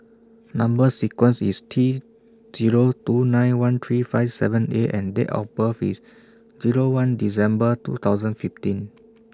Number sequence IS T Zero two nine one three five seven A and Date of birth IS Zero one December two thousand fifteen